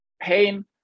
pain